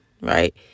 Right